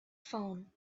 phone